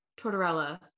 Tortorella